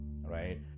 right